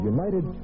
United